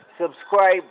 Subscribe